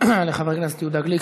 לחבר הכנסת יהודה גליק.